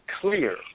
clear